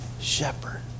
shepherd